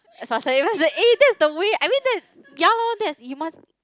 as I was telling eh that's the way I mean that's ya loh that's you must